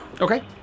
Okay